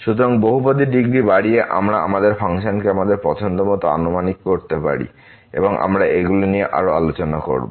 সুতরাং বহুপদী ডিগ্রী বাড়িয়ে আমরা আমাদের ফাংশনকে আমাদের পছন্দ মতো আনুমানিক করতে পারি এবং আমরা এগুলি নিয়ে আরও আলোচনা করব